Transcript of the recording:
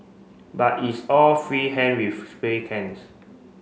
but it's all free hand with spray cans